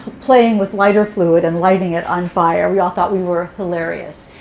playing with lighter fluid and lighting it on fire. we all thought we were hilarious.